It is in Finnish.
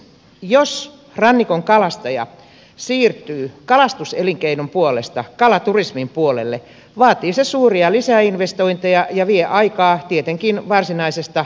jos rannikon kalastaja siirtyy kalastuselinkeinon puolesta kalaturismin puolelle vaatii se suuria lisäinvestointeja ja vie aikaa tietenkin varsinaisesta ammattikalastuksesta